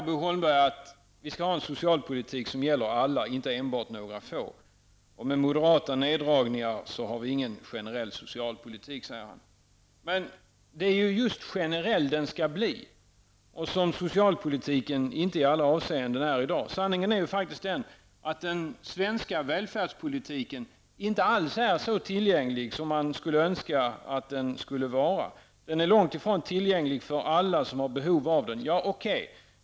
Bo Holmberg säger att vi skall ha en socialpolitik som gäller alla och inte enbart några få. Med moderata neddragningar har vi ingen generell socialpolitik, säger han. Men det är just generell den skall bli, något som socialpolitiken inte i alla avseenden är i dag. Sanningen är den att den svenska välfärdspolitiken inte alls är så tillgänglig som man önskar att den skulle vara. Den är långtifrån tillgänglig för alla som har behov av den.